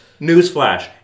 newsflash